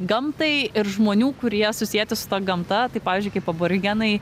gamtai ir žmonių kurie susieti su ta gamta tai pavyzdžiui kaip aborigenai